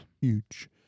Huge